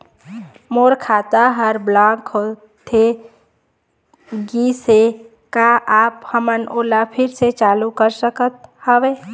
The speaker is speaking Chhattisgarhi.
मोर खाता हर ब्लॉक होथे गिस हे, का आप हमन ओला फिर से चालू कर सकत हावे?